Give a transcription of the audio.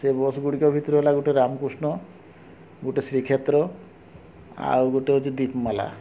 ସେ ବସ୍ଗୁଡ଼ିକ ଭିତରୁ ଗୋଟେ ହେଲା ରାମକୃଷ୍ଣ ଗୋଟେ ଶ୍ରୀକ୍ଷେତ୍ର ଆଉ ଗୋଟେ ହଉଛି ଦିଗମାଲା